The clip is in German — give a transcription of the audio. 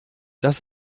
das